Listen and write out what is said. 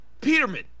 peterman